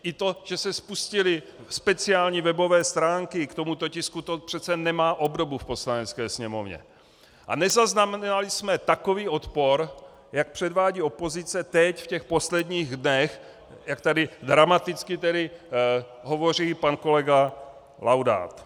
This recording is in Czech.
I to, že se spustily speciální webové stránky k tomuto tisku, to přece nemá obdobu v Poslanecké sněmovně, a nezaznamenali jsme takový odpor, jak předvádí opozice teď v těch posledních dnech, jak zde dramaticky hovoří pan kolega Laudát.